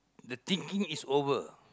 the thinking is over